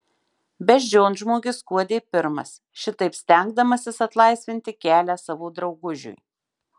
beždžionžmogis skuodė pirmas šitaip stengdamasis atlaisvinti kelią savo draugužiui